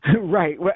Right